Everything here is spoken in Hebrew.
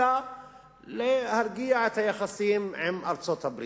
אלא להרגיע את היחסים עם ארצות-הברית.